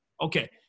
Okay